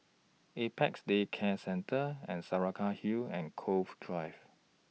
Apex Day Care Centre and Saraca Hill and Cove Drive